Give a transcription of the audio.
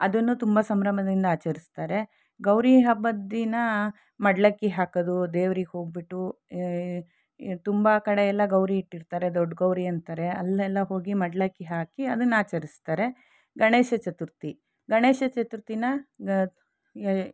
ಅದನ್ನು ತುಂಬ ಸಂಭ್ರಮದಿಂದ ಆಚರಿಸ್ತಾರೆ ಗೌರಿ ಹಬ್ಬದ ದಿನ ಮಡಿಲಕ್ಕಿ ಹಾಕೋದು ದೇವರಿಗೆ ಹೋಗ್ಬಿಟ್ಟು ತುಂಬ ಕಡೆಯೆಲ್ಲ ಗೌರಿ ಇಟ್ಟಿರ್ತಾರೆ ದೊಡ್ಡ ಗೌರಿ ಅಂತಾರೆ ಅಲ್ಲೆಲ್ಲ ಹೋಗಿ ಮಡಿಲಕ್ಕಿ ಹಾಕಿ ಅದನ್ನು ಆಚರಿಸ್ತಾರೆ ಗಣೇಶ ಚತುರ್ಥಿ ಗಣೇಶ ಚತುರ್ಥಿನ ಗ